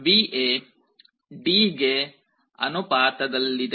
VA D ಗೆ ಅನುಪಾತದಲ್ಲಿದೆ